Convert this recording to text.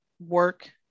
work